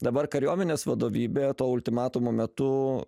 dabar kariuomenės vadovybė to ultimatumo metu